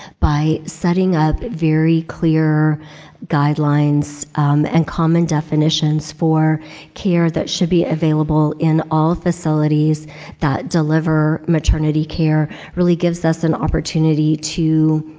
by setting up very clear guidelines and common definitions for care that should be available in all facilities that deliver maternity care really gives us an opportunity to